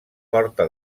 porta